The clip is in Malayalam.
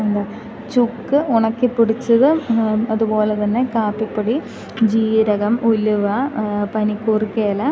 എന്താണ് ചുക്ക് ഉണക്കി പൊടിച്ചതും അതുപോലെ തന്നെ കാപ്പിപ്പൊടി ജീരകം ഉലുവ പനിക്കൂർക്ക ഇല